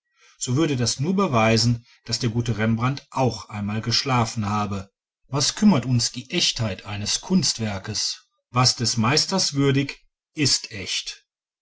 so würde das nur beweisen daß der gute rembrandt auch einmal geschlafen habe was kümmert uns die echtheit eines kunstwerkes was des meisters würdig ist echt